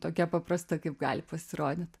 tokia paprasta kaip gali pasirodyt